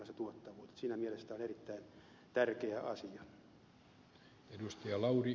siinä mielessä tämä on erittäin tärkeä asia